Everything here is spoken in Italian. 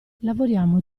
lavoriamo